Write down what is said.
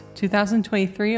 2023